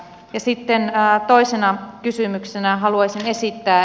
ja sitten toisena kysymyksenä haluaisin esittää